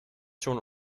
schon